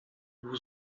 był